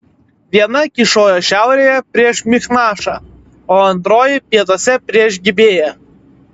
viena kyšojo šiaurėje prieš michmašą o antroji pietuose prieš gibėją